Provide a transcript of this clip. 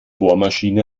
bohrmaschine